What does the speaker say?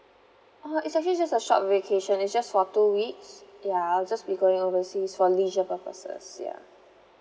uh it's actually just a short vacation it's just for two weeks ya I'll just be going overseas for leisure purposes ya